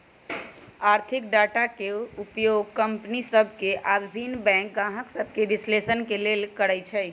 आर्थिक डाटा के उपयोग कंपनि सभ के आऽ भिन्न बैंक गाहक सभके विश्लेषण के लेल करइ छइ